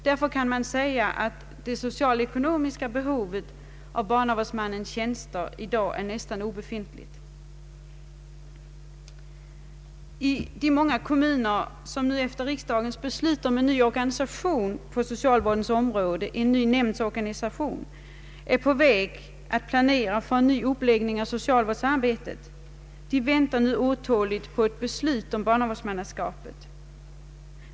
Därför kan man säga att det socialekonomiska behovet av barnavårdsmännens tjänster i dag är nästan obefintligt. I de många kommuner som nu, efter riksdagens beslut om en ny nämndorganisation på socialvårdens område, är på väg att planera för en ny uppläggning av socialvårdsarbetet väntar man otåligt på ett beslut om barnavårdsmannaskapet.